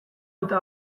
eta